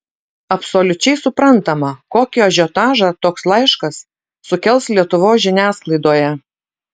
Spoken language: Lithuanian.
absoliučiai suprantama kokį ažiotažą toks laiškas sukels lietuvos žiniasklaidoje